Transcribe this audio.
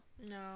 No